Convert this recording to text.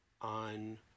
on